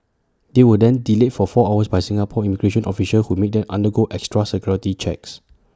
they were then delayed for four hours by Singapore immigration officials who made them undergo extra security checks